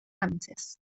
ametsez